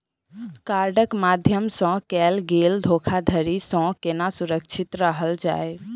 कार्डक माध्यम सँ कैल गेल धोखाधड़ी सँ केना सुरक्षित रहल जाए?